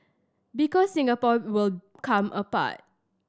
because Singapore will come apart